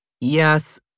Yes